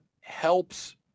helps